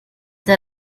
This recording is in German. der